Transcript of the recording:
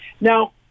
Now